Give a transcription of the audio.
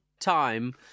time